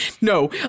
No